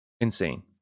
Insane